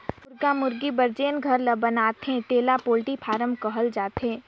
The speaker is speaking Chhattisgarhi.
मुरगा मुरगी बर जेन घर ल बनाथे तेला पोल्टी फारम कहल जाथे